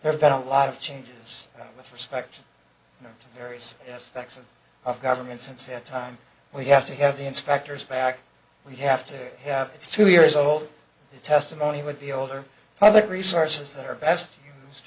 there's been a lot of changes with respect to various aspects of government since that time we have to have the inspectors back we have to have two years old testimony would be older public resources that are best t